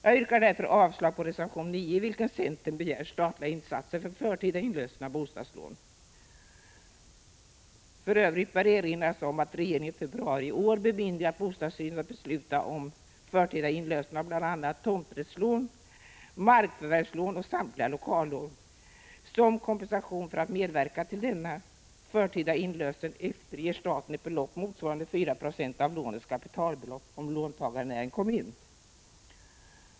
Jag yrkar därför avslag på reservation 9, i vilken centern begär statliga insatser för förtida inlösen av bostadslån. För övrigt bör erinras om att regeringen i februari i år bemyndigat bostadsstyrelsen att besluta om förtida inlösen av bl.a. tomträttslån, markförvärvslån och samtliga lokallån. Som kompensation för att medverka till denna förtida inlösen efterger staten ett belopp motsvarande 4 96 av lånets kapitalbelopp om låntagaren är en kommun.